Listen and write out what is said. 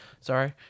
Sorry